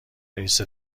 رئیس